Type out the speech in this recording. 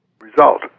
result